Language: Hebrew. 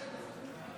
בסדר.